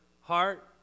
heart